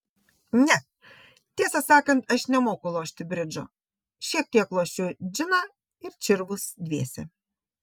ne tiesą sakant aš nemoku lošti bridžo šiek tiek lošiu džiną ir čirvus dviese